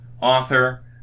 author